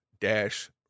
dash